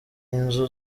inzu